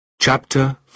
chapter